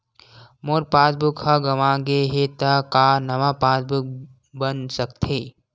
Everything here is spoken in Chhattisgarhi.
मोर पासबुक ह गंवा गे हे त का नवा पास बुक बन सकथे?